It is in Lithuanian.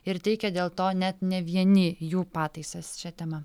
ir teikia dėl to net ne vieni jų pataisas šia tema